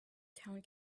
town